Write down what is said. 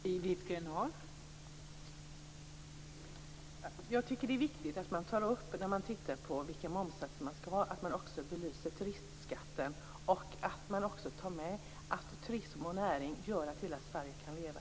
Fru talman! Jag tycker att det är viktigt att man när man tittar på vilka momssatser vi skall ha också belyser turistskatten och tar med synpunkten att turismen bidrar till att hela Sverige kan leva.